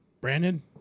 brandon